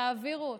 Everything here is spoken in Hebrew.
תעבירו אותו.